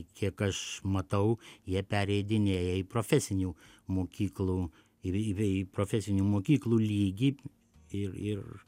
kiek aš matau jie pereidinėja į profesinių mokyklų ir į vei profesinių mokyklų lygį ir ir